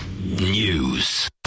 News